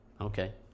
okay